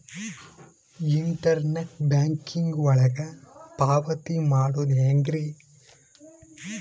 Internet banking ಒಳಗ ಪಾವತಿ ಮಾಡೋದು ಹೆಂಗ್ರಿ?